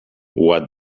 what